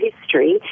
History